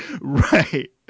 Right